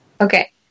Okay